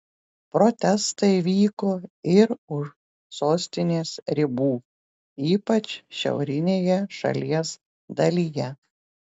protestai vyko ir už sostinės ribų ypač šiaurinėje šalies dalyje